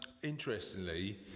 interestingly